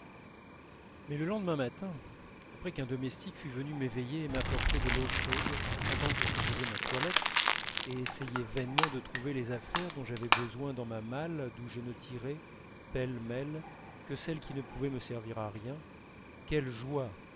mais le lendemain matin après qu'un domestique fut venu m'éveiller et m'apporter de l'eau chaude et pendant que je faisais ma toilette et essayais vainement de trouver les affaires dont j'avais besoin dans ma malle d'où je ne tirais pêle-mêle que celles qui ne pouvaient me servir à rien quelle joie